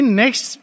next